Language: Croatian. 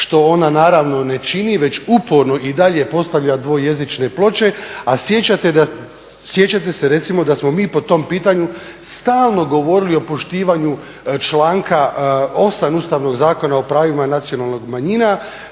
što ona naravno ne čini već uporno i dalje postavlja dvojezične ploče. A sjećate se recimo da smo mi po tom pitanju stalno govorili o poštivanju članka 8. ustavnog Zakona o pravima nacionalnih manjina